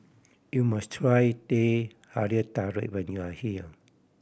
you must try Teh Halia Tarik when you are here